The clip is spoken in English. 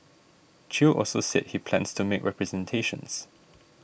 Chew also said he plans to make representations